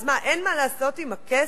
אז מה, אין מה לעשות עם הכסף?